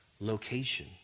location